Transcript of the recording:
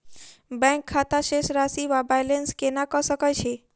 Bank खाता शेष राशि वा बैलेंस केना कऽ सकय छी?